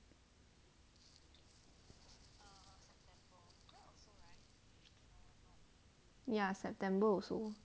ya september also